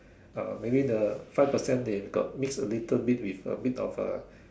uh maybe the five percent they got mix a little bit with a bit of uh